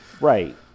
Right